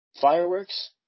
fireworks